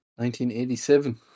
1987